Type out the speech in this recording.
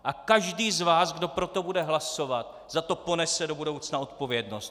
A každý z vás, kdo pro to bude hlasovat, za to ponese do budoucna odpovědnost.